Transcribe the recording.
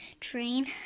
train